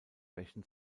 bächen